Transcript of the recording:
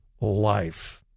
life